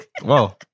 Whoa